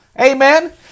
Amen